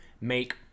make